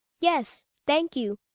yes, thank you,